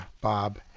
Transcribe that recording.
Bob